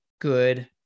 good